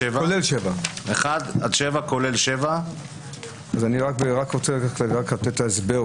כולל 7. אני רק רוצה לתת הסבר,